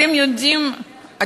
אתם יודעים,